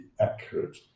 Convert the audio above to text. accurate